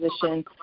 position